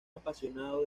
apasionado